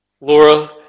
Laura